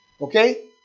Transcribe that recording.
Okay